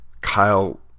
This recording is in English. Kyle